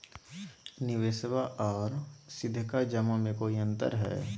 निबेसबा आर सीधका जमा मे कोइ अंतर हय?